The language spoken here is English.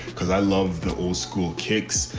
cause i love the old school kicks.